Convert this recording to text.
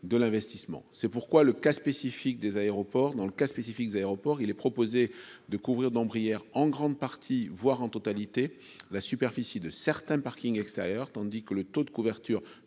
de l'investissement, c'est pourquoi le cas spécifique des aéroports dans le cas spécifique de l'aéroport, il est proposé de couvrir Brière en grande partie voir en totalité la superficie de certains parkings extérieurs, tandis que le taux de couverture